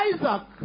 Isaac